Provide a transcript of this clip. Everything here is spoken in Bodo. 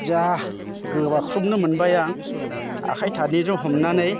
जा गोबाख्रबनो मोनबाय आं आखाय फारनैजों हमनानै